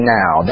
now